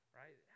right